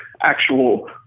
actual